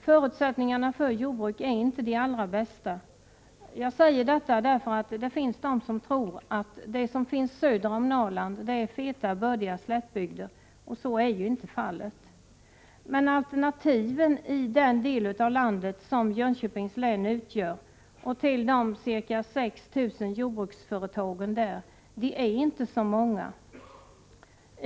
Förutsättningarna för jordbruk är inte de allra bästa. Jag säger detta därför att det finns de som tror att det som finns söder om Norrland är feta, bördiga slättbygder, och så är inte fallet. Men alternativen i den del av landet som Jönköpings län utgör — och till de ca 6 000 jordbruksföretagen där — är inte så många.